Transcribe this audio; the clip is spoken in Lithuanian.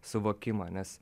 suvokimą nes